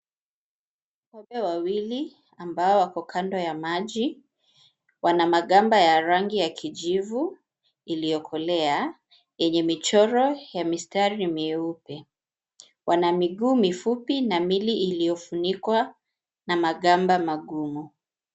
Kobe wawili ambao wako kando ya maji wana magamba ya rangi ya kijivu iliyokolea yenye michoro ya mistari mieupe. Wana miguu mifupi na miili iliyofunikwa na magamba magumu.